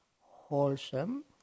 wholesome